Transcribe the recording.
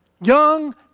Young